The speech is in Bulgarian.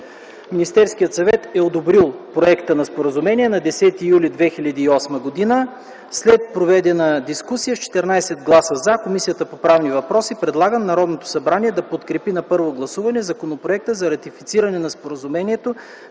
Министерският съвет е одобрил проекта на споразумение на 10 юли 2008 г. След проведената дискусия с 14 гласа „за” Комисията по правни въпроси предлага на Народното събрание да подкрепи на първо гласуване Законопроект за ратифициране на Споразумението